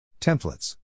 Templates